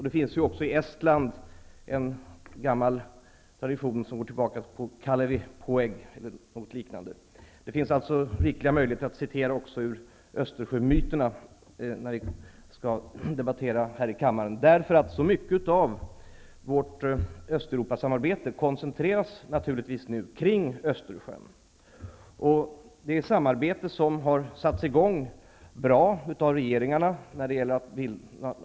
Det finns också i Estland en gammal tradition som går tillbaka på Kalevi Poeg, eller något liknande. Det finns alltså rikliga möjligheter att citera också ur Östersjömyterna när vi skall debattera här i kammaren. Mycket av vårt Östeuropasamarbete koncentreras naturligtvis nu kring Östersjön. Detta samarbete har satts i gång bra av regeringarna runt Östersjön.